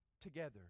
together